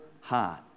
heart